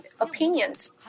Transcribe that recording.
opinions